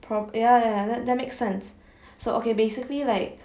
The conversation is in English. prob~ ya ya ya ya ya that that makes sense so okay basically like